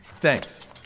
Thanks